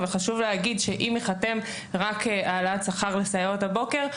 וחשוב להגיד שאם תיחתם עליית שכר רק לעובדות הבוקר,